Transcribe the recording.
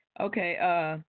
Okay